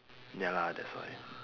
ya lah that's why